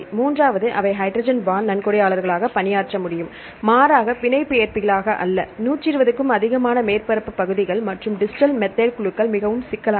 மூன்றாவது அவை hydrogen bond நன்கொடையாளர்களாக பணியாற்ற முடியும் மாறாக பிணைப்பு ஏற்பிகளாக அல்ல அல்லது 120 க்கும் அதிகமான மேற்பரப்பு பகுதிகள் மற்றும் டிஸ்டல் மெத்தில் குழுக்கள் மிகவும் சிக்கலானவை